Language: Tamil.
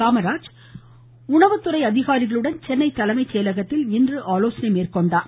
காமராஜ் துறை அதிகாரிகளுடன் சென்னை தலைமைச் செயலகத்தில் இன்று ஆலோசனை மேற்கொண்டார்